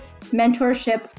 mentorship